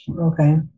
Okay